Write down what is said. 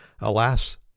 Alas